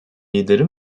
lideri